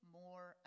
more